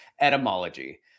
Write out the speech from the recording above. etymology